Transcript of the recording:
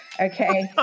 Okay